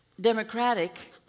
democratic